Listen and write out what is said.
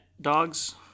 dogs